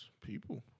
people